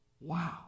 Wow